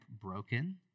broken